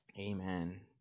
Amen